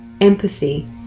empathy